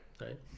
right